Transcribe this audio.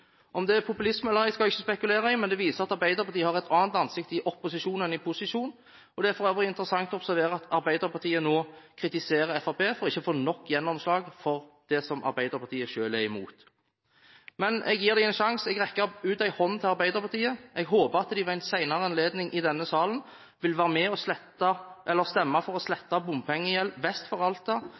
er populisme eller ei skal jeg ikke spekulere i, men det viser at Arbeiderpartiet har et annet ansikt i opposisjon enn i posisjon. Det er for øvrig interessant å observere at Arbeiderpartiet nå kritiserer Fremskrittspartiet for ikke å få nok gjennomslag for det Arbeiderpartiet selv er i mot. Men jeg gir dem en sjanse og rekker ut en hånd til Arbeiderpartiet: Jeg håper de ved en senere anledning i denne salen vil være med å stemme for å slette bompengegjeld vest for Alta,